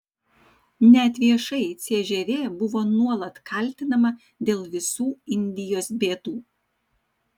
net viešai cžv buvo nuolat kaltinama dėl visų indijos bėdų